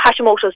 Hashimoto's